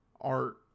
art